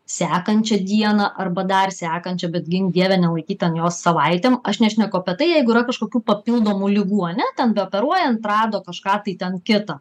sekančią dieną arba dar sekančią bet gink dieve nelaikyt ten jos savaitėm aš nešneku apie tai jeigu yra kažkokių papildomų ligų ane ten operuojant rado kažką tai ten kitą